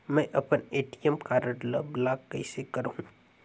मै अपन ATM card ल ब्लाक कइसे करहूं?